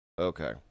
Okay